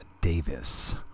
Davis